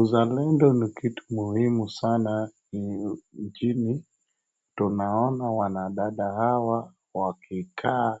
Uzalendo ni kitu muhimu sana nchini, tunaona wanadada hawa wakikaa